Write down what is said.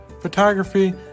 photography